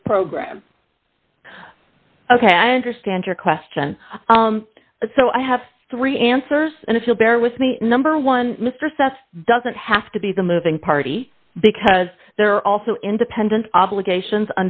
this program ok i understand your question so i have three answers and if you'll bear with me number one mr sets doesn't have to be the moving party because there are also independent obligations